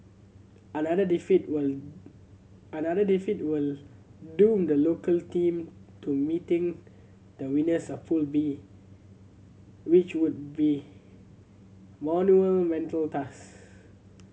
another defeat will another defeat will doom the local team to meeting the winners of Pool B which would be monumental